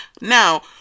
now